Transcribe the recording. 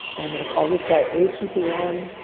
and i'm gonna call this guy a super one,